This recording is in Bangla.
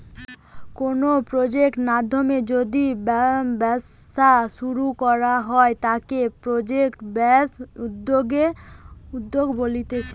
কোনো প্রজেক্ট নাধ্যমে যদি ব্যবসা শুরু করা হয় তাকে প্রজেক্ট বেসড উদ্যোক্তা বলতিছে